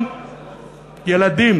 מיליון ילדים,